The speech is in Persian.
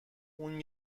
اون